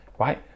Right